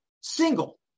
single